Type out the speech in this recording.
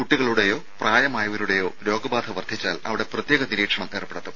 കുട്ടികളുടേയോ പ്രായമായവരുടേയോ രോഗബാധ വർദ്ധിച്ചാൽ അവിടെ പ്രത്യേക നിരീക്ഷണം ഏർപ്പെടുത്തും